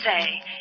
say